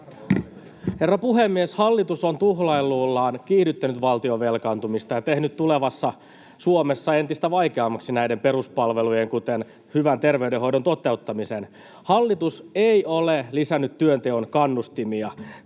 Herra puhemies! Hallitus on tuhlailullaan kiihdyttänyt valtion velkaantumista ja tehnyt tulevassa Suomessa entistä vaikeammaksi näiden peruspalvelujen, kuten hyvän terveydenhoidon, toteuttamisen. Hallitus ei ole lisännyt työnteon kannustimia.